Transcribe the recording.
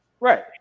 Right